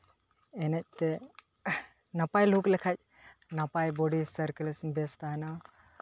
ᱮᱱᱮᱡ ᱛᱮ ᱱᱟᱯᱟᱭ ᱞᱩᱦᱩᱠ ᱞᱮᱠᱷᱟᱡ ᱱᱟᱯᱟᱭ ᱵᱚᱰᱤ ᱥᱟᱨᱠᱩᱞᱮᱥᱚᱱ ᱵᱮᱥ ᱛᱟᱦᱮᱱᱟ